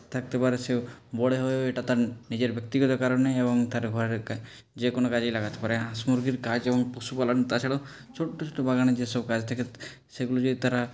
থাকতে পারে সেও বড়ো হয়েও এটা তার নিজের ব্যক্তিগত কারণে এবং তার ঘরের যে কোনো কাজেই লাগাতে পারে হাঁস মুরগির কাজ এবং পশুপালন তাছাড়াও ছোট্ট ছোট্ট বাগানে যে সব কাজ থাকে সেগুলো যদি তারা